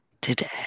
today